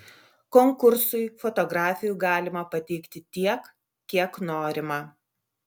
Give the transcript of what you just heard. konkursui fotografijų galima pateikti tiek kiek norima